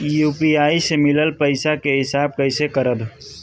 UPI से मिलल पईसा के हिसाब कइसे करब?